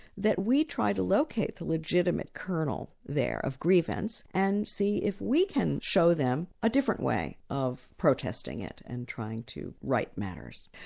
that we try to locate the legitimate kernel there of grievance, and see if we can show them a different way of protesting it, and trying to right matters.